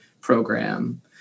program